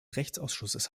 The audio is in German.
rechtsausschusses